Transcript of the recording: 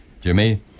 Jimmy